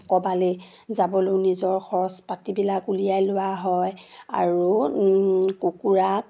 ক'ৰবালৈ যাবলৈও নিজৰ খৰচ পাতিবিলাক উলিয়াই লোৱা হয় আৰু কুকুৰা